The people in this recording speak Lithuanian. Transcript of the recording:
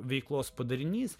veiklos padarinys